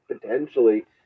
Potentially